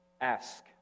Ask